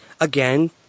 again